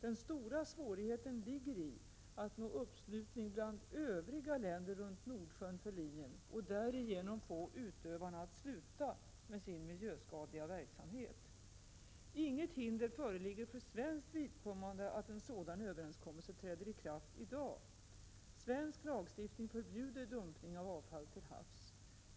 Den stora svårigheten ligger i att nå uppslutning bland övriga länder runt Nordsjön för linjen och därigenom få utövarna att sluta med sin miljöskadliga verksamhet. Inget hinder föreligger för svenskt vidkommande att en sådan överenskommelse träder i kraft i dag. Svensk lagstiftning förbjuder dumpning av avfall till havs.